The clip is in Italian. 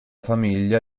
famiglia